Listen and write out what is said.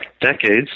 decades